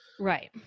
Right